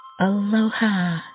Aloha